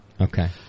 Okay